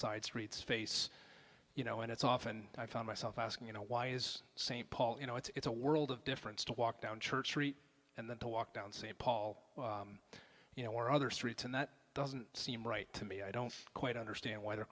side streets face you know and it's often i found myself asking you know why is st paul you know it's a world of difference to walk down church street and then to walk down st paul you know or other streets and that doesn't seem right to me i don't quite understand why there